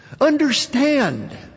Understand